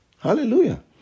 Hallelujah